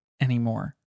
anymore